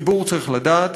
הציבור צריך לדעת: